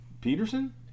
Peterson